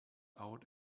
out